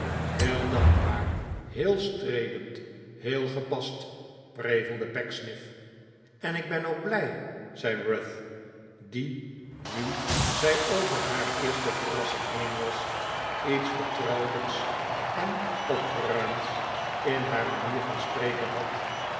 heel dankbaar heel streelend heel gepast prevelde pecksniff en ik ben ook blij zei ruth die nu zij over haar eerste verrassing heen was iets vertrouwelijks en opgeruimds in haar manier van spreken had